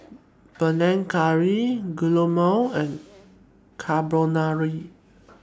Panang Curry Guacamole and Carbonara